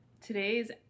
Today's